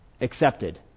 accepted